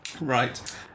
right